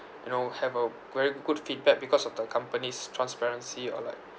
you know have a very good feedback because of the company's transparency or like